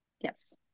Yes